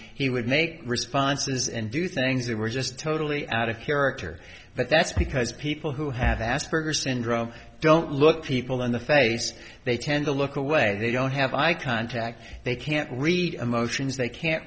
he would make responses and do things that were just totally out of character but that's because people who have asperger's syndrome don't look people in the face they tend to look away they don't have i contact they can't read emotions they can't